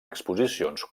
exposicions